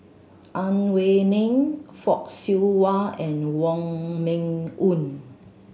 Ang Wei Neng Fock Siew Wah and Wong Meng Voon